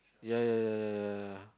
ya ya ya ya ya ya ya